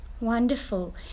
Wonderful